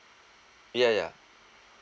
yeah yeah